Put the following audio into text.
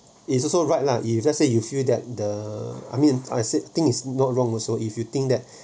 it's also right lah if let's say you feel that the I mean I said thing is not wrong also if you think that